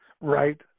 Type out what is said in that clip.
Right